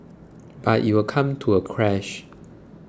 but it will come to a crash